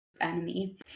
enemy